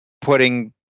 putting –